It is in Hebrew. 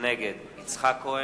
נגד יצחק כהן,